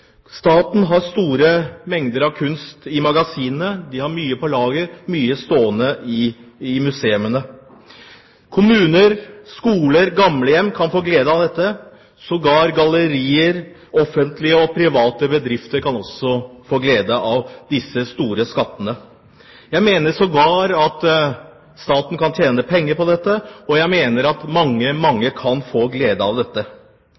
Staten har store mengder kunst i magasinene, de har mye på lager, de har mye stående i museene. Kommuner, skoler og gamlehjem kan få glede av dette. Også gallerier, offentlige og private bedrifter kan få glede av disse store skattene. Jeg mener sågar at staten kan tjene penger på dette, og jeg mener at mange, mange kan få glede av